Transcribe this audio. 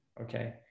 Okay